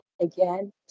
Again